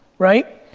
right?